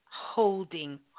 holding